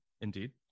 Indeed